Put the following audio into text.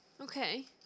Okay